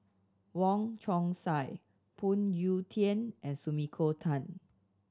Wong Chong Sai Phoon Yew Tien and Sumiko Tan